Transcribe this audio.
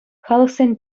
халӑхсен